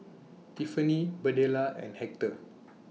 Tiffani Birdella and Hector